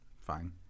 Fine